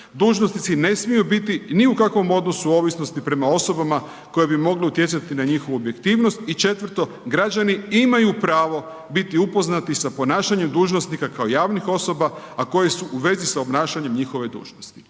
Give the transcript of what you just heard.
dužnosnici ne smiju biti ni u kakvom odnosu ovisnosti prema osobama koje bi mogle utjecati na njihovu objektivnost i četvrto, građani imaju pravo biti upoznati sa ponašanjem dužnosnika kao javnih osoba, a koji su u vezi s obnašanjem njihove dužnosti.